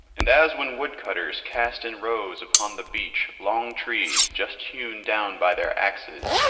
and as when woodcutters cast in rows upon the beach long trees just hewn down by their axes,